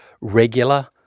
regular